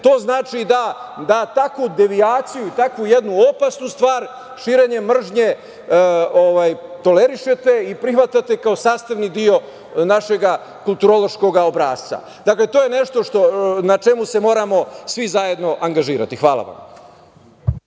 to znači da takvu devijaciju, da takvu jednu opasnu stvar, širenje mržnje tolerišete i prihvatate kao sastavni deo našeg kulturološkog obrasca. Dakle, to je nešto na čemu se moramo svi zajedno angažovati. Hvala vam.